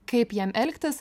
kaip jiem elgtis